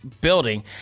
building